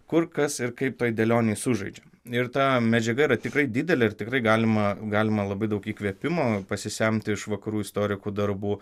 kur kas ir kaip toj dėlionėj sužaidžia ir ta medžiaga yra tikrai didelė ir tikrai galima galima labai daug įkvėpimo pasisemti iš vakarų istorikų darbų